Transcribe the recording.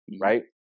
right